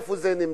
איפה זה נמצא?